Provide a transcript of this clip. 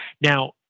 Now